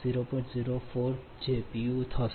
09 j 0